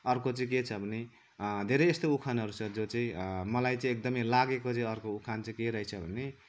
अर्को चाहिँ के छ भने धेरै यस्तो उखानहरू छ जो चाहिँ मलाई चाहिँ एकदमै लागेको चाहिँ अर्को उखान चाहिँ के रहेछ भने